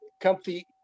comfy